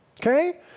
okay